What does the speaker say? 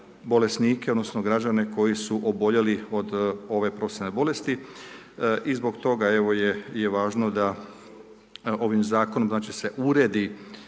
bolesnike odnosno građane koji su oboljeli od ove posebne bolesti i zbog toga evo je važno da se ovim zakonom uredi